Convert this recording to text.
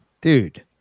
Dude